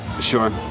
Sure